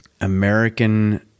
American